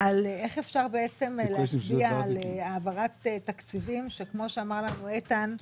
על איך אפשר להצביע על העברת תקציבים כפי שאמר לנו איתן,